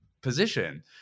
position